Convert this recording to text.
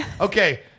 Okay